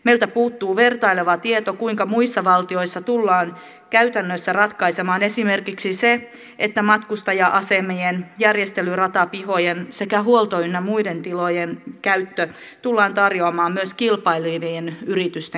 meiltä puuttuu vertaileva tieto kuinka muissa valtioissa tullaan käytännössä ratkaisemaan esimerkiksi se että matkustaja asemien järjestelyratapihojen sekä huolto ynnä muiden tilojen käyttö tullaan tarjoamaan myös kilpailevien yritysten käyttöön